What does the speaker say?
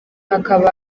hakaba